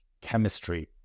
chemistry